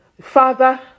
Father